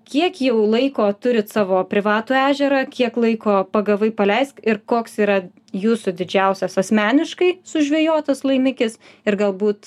kiek jau laiko turit savo privatų ežerą kiek laiko pagavai paleisk ir koks yra jūsų didžiausias asmeniškai sužvejotas laimikis ir galbūt